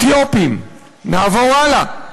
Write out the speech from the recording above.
אתיופים, נעבור הלאה: